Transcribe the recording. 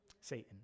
Satan